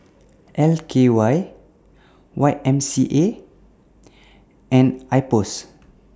L K Y Y M C A and Ipos